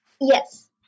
Yes